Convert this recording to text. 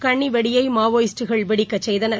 கண்ணிவெடியை மாவோயிஸ்ட்டுகள் வெடிக்கச் செய்தனர்